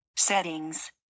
settings